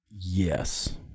yes